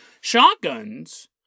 Shotguns